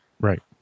Right